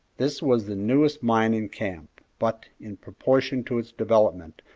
this was the newest mine in camp, but, in proportion to its development,